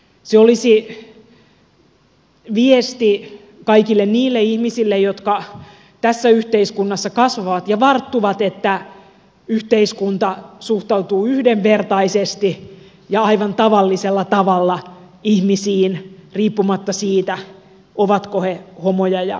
se olisi viesti kaikille niille ihmisille jotka tässä yhteiskunnassa kasvavat ja varttuvat että yhteiskunta suhtautuu yhdenvertaisesti ja aivan tavallisella tavalla ihmisiin riippumatta siitä ovatko he homoja vai heteroita